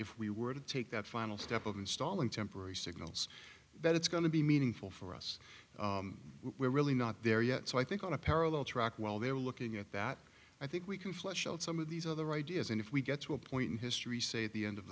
if we were to take that final step of installing temporary signals that it's going to be meaningful for us we're really not there yet so i think on a parallel track while they're looking at that i think we can flesh out some of these other ideas and if we get to a point in history say at the end of